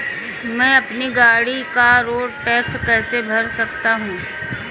मैं अपनी गाड़ी का रोड टैक्स कैसे भर सकता हूँ?